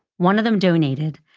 one of them donated.